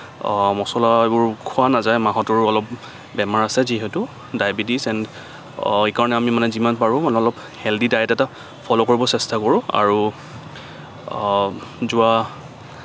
মছলা এইবোৰ খোৱা নাযায় মাহঁতৰো অলপ বেমাৰ আছে যিহেতু ডায়েবেটিছ এণ্ড এই কাৰণে মানে আমি যিমান পাৰোঁ মানে অলপ হেল্ডি ডায়েট এটা ফল' কৰিবলৈ চেষ্টা কৰোঁ আৰু যোৱা